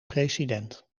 president